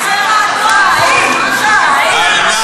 אל נא